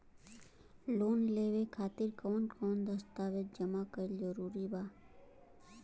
Loan लेवे खातिर कवन कवन दस्तावेज जमा कइल जरूरी बा?